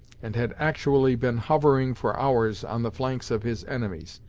and had actually been hovering for hours on the flanks of his enemies,